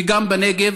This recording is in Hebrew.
וגם בנגב,